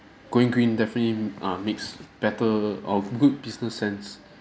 going green definitely m~ uh makes better or good business sense